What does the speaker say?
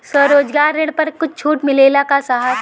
स्वरोजगार ऋण पर कुछ छूट मिलेला का साहब?